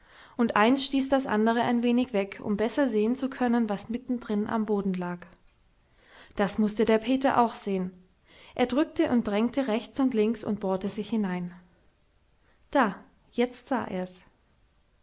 und eins stieß das andere ein wenig weg um besser sehen zu können was mittendrin am boden lag das mußte der peter auch sehen er drückte und drängte rechts und links und bohrte sich hinein da jetzt sah er's